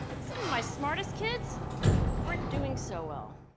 some of my smartest kids weren't doing so well.